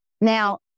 Now